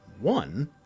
One